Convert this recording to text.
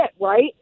right